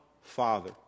Father